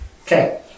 Okay